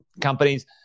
companies